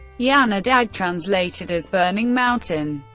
yanar dag, translated as burning mountain,